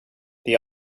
the